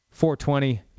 420